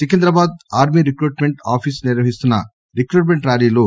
Secunderabad army recruitment office నిర్వహిస్తున్న recruitment ర్యాలీలో